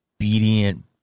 obedient